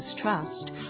Trust